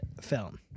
film